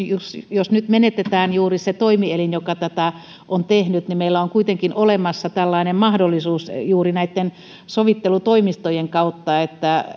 jos nyt menetetään juuri se toimielin joka tätä on tehnyt niin meillä on kuitenkin olemassa tällainen mahdollisuus juuri näitten sovittelutoimistojen kautta että